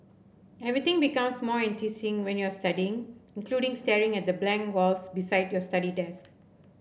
everything becomes more enticing when you're studying including staring at the blank walls beside your study desk